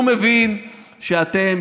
הוא מבין שאתם,